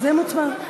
זה מוצבע,